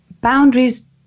boundaries